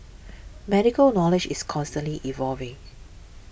medical knowledge is constantly evolving